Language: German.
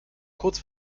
kurz